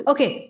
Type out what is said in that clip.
Okay